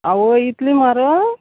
आवय इतली म्हारग